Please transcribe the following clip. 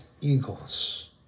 eagles